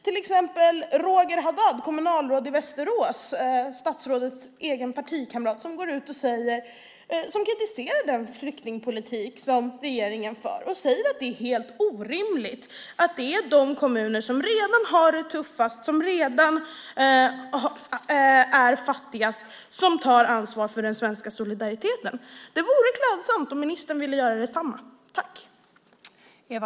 Det gäller till exempel statsrådets partikamrat Roger Haddad i Västerås som kritiserar den flyktingpolitik som regeringen för. Han säger att det är helt orimligt att det är de kommuner som redan har det tuffast och är fattigast som tar ansvar för den svenska solidariteten. Det vore klädsamt om ministern ville göra detsamma.